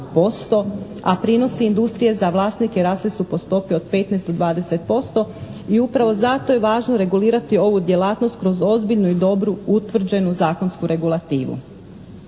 a prinosi industrije za vlasnike rasli su po stopi od 15 do 20% i upravo zato je važno regulirati ovu djelatnost kroz ozbiljnu i dobru utvrđenu zakonsku regulativu.